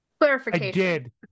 Clarification